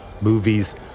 movies